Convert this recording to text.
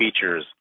features